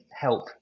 help